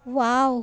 wow